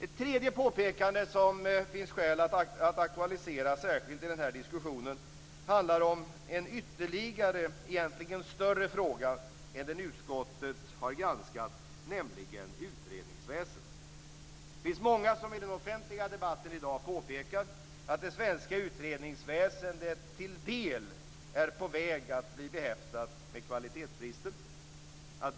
Ett tredje påpekande som finns skäl att aktualisera särskilt i den här diskussionen handlar om en ytterligare större fråga än den utskottet har granskat, nämligen utredningsväsendet. Det finns många som i den offentliga debatten i dag påpekar att det svenska utredningsväsendet till del är på väg att bli behäftat med kvalitetsbrister.